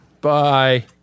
Bye